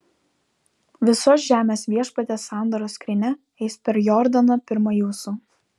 visos žemės viešpaties sandoros skrynia eis per jordaną pirma jūsų